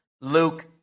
Luke